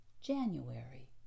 January